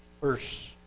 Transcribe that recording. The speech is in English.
Verse